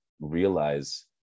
realize